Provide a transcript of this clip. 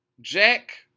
Jack